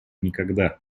никогда